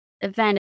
event